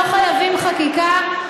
לא חייבים חקיקה.